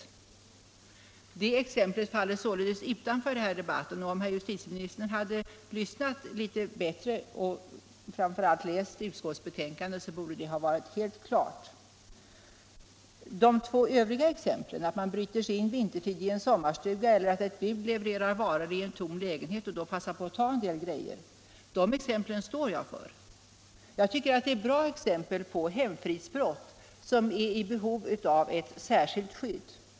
Det exemplet faller således utanför den här debatten. Om herr justitieministern hade lyssnat litet bättre och framför allt läst utskottsbetänkandet ordentligt, borde detta ha varit helt klart. De två övriga exemplen, att bryta sig in vintertid i en sommarstuga eller att ett bud levererar varor i en tom lägenhet och därvid passar på att ta en del saker, står jag för. Jag tycker att det är bra exempel på hemfridsbrott där det finns behov av ett särskilt skydd.